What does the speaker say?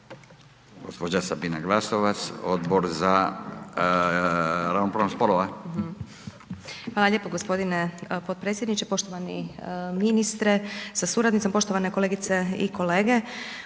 Gospođa Sabina Glasovac Odbor za ravnopravnost spolova.